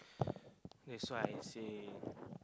that's why I say